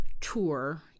tour